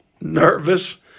nervous